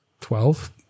Twelve